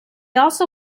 also